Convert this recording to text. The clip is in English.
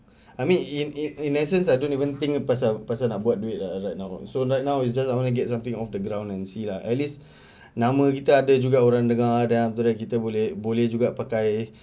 I mean in in in essence I don't even think pasal pasal nak buat duit lah like now so right now it's just I wanna get something off the ground and see lah at least nama kita ada juga orang dengar then after that kita boleh boleh juga pakai